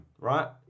right